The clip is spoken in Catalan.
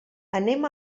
anem